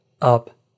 up